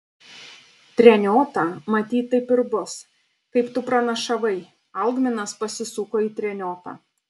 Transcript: treniota matyt taip ir bus kaip tu pranašavai algminas pasisuko į treniotą